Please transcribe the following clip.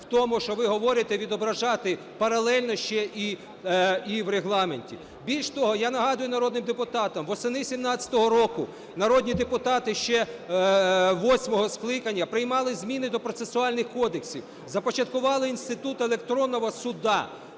в тому, що ви говорите: відображати паралельно ще і в Регламенті. Більш того, я нагадаю народним депутатам. Восени 17-го року народні депутати ще восьмого скликання приймали зміни до процесуальних кодексів, започаткували інститут електронного суду.